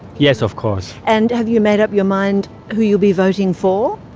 yes, of course. and have you made up your mind who you'll be voting for?